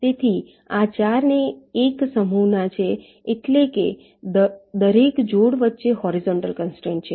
તેથી આ 4 એ એક સમૂહના છે એટલે દરેક જોડ વચ્ચે હોરીઝોન્ટલ કન્સ્ટ્રેંટ છે